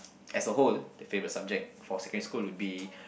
as a whole the favourite subject for secondary school would be